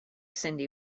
cyndi